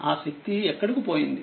ఆ శక్తి ఎక్కడ పోయింది